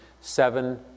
seven